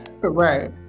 Right